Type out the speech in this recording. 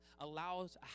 allows